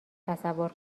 تصور